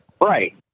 right